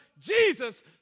Jesus